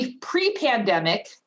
pre-pandemic